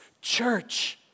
church